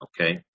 Okay